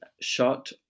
shot